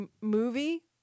movie